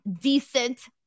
decent